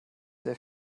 sehr